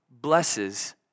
blesses